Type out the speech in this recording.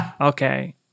Okay